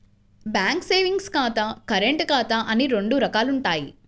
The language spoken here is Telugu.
బ్యాంకు సేవింగ్స్ ఖాతా, కరెంటు ఖాతా అని రెండు రకాలుంటయ్యి